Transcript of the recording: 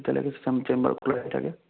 তেতিয়ালৈকে চেম্বাৰ খোলাই থাকে